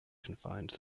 confined